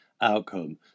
outcome